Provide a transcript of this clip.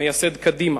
מייסד קדימה.